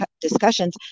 discussions